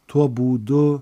tuo būdu